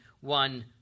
one